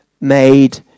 made